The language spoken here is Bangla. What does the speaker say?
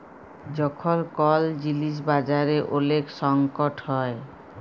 যখল কল জিলিস বাজারে ওলেক সংকট হ্যয়